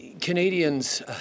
Canadians